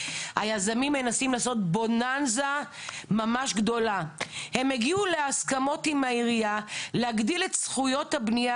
שיש לעצור את הפינויים עד להגעה לפתרון חקיקתי בנושא.